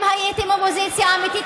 אם הייתם אופוזיציה אמיתית,